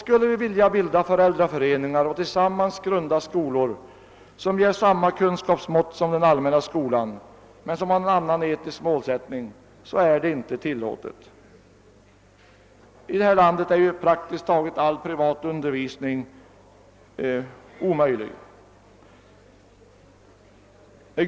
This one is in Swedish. Skulle vi vilja bilda föräldraförening ar och tillsammans grunda skolor, som ger samma kunskapsmått som den allmänna skolan men som har en annan etisk målsättning, är det inte tillåtet. I det här landet är praktiskt taget all privat undervisning omöjlig.